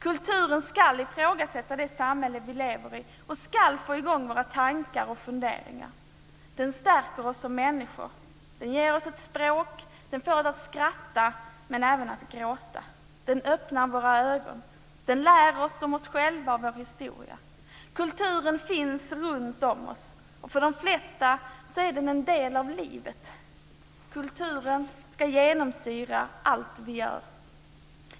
Kulturen ska ifrågasätta det samhälle vi lever i och ska få i gång våra tankar och funderingar. Den stärker oss som människor. Den ger oss ett språk. Den får oss att skratta, men även att gråta. Den öppnar våra ögon. Den lär oss om oss själva och vår historia. Kulturen finns runtom oss, och för de flesta är den en del av livet. Kulturen ska genomsyra allt vi gör.